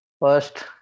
first